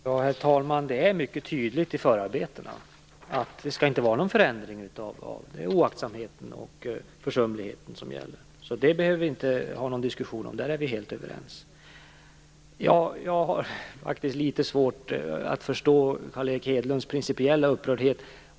Herr talman! Det är mycket tydligt i förarbetena att det inte skall vara någon förändring, utan det är oaktsamheten och försumligheten som gäller. Det behöver vi inte ha någon diskussion om, utan där är vi helt överens. Jag har litet svårt att förstå Carl Erik Hedlunds principiella upprördhet.